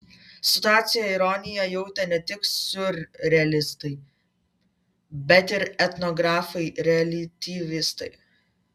situacijoje ironiją jautė ne tik siurrealistai bet ir etnografai reliatyvistai